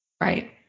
Right